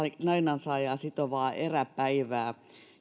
lainansaajaa sitovaa eräpäivää